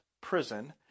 prison